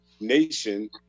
nation